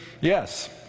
yes